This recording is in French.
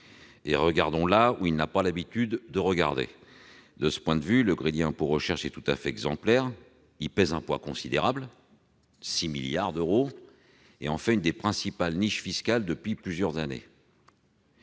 et regardons là où l'on n'a pas l'habitude de regarder ! De ce point de vue, le crédit d'impôt recherche est tout à fait exemplaire. Il pèse un poids considérable : son montant, 6 milliards d'euros, en fait l'une des principales niches fiscales depuis plusieurs années.